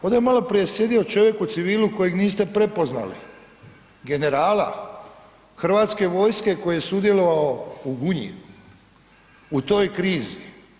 Ovdje je malo prije sjedio čovjek u civilu kojeg niste prepoznali, generala Hrvatske vojske koji je sudjelovao u Gunji, u toj krizi.